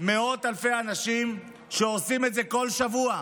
מאות אלפי אנשים שעושים את זה כל שבוע.